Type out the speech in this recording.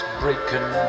breaking